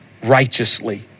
Righteously